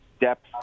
depth